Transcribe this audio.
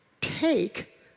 take